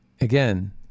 again